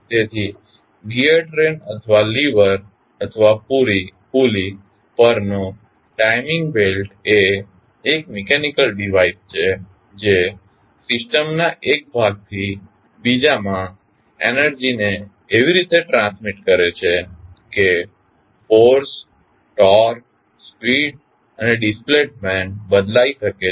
તેથી gear train અથવા lever અથવા પુલી પરનો ટાઇમિંગ બેલ્ટ એ એક મિકેનીકલ ડિવાઇસ છે જે સિસ્ટમના એક ભાગથી બીજામાં એનર્જી ને એવી રીતે ટ્રાન્સમિટ કરે છે કે ફોર્સ ટોર્ક સ્પીડ અને ડિસ્પ્લેસમેન્ટ બદલાઈ શકે છે